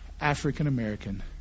African-American